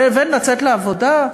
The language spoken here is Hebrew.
לבין לצאת לעבודה?